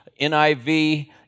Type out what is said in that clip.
NIV